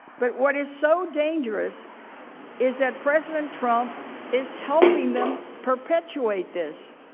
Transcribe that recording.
but what is so dangerous is that president trump is helping them perpetuate this.